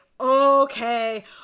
Okay